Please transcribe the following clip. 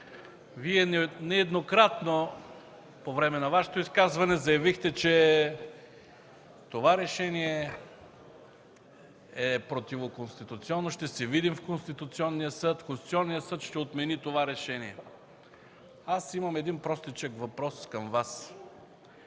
Вие нееднократно по време на Вашето изказване заявихте, че това решение е противоконституционно, ще се видим в Конституционния съд, Конституционният съд ще отмени това решение. Имам един простичък въпрос към Вас.